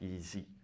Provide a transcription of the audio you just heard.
Easy